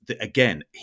again